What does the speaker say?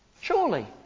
Surely